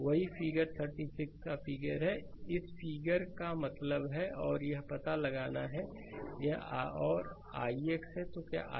तो वही फिगर 36 का फिगर इस फिगर का मतलब है और यह पता लगाना है और यह भी आर ix है